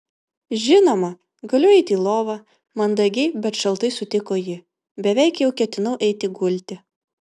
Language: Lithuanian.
žinoma galiu eiti į lovą mandagiai bet šaltai sutiko ji beveik jau ketinau eiti gulti